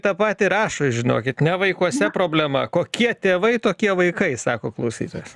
tą patį rašo žinokit ne vaikuose problema kokie tėvai tokie vaikai sako klausytojas